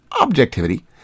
objectivity